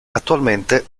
attualmente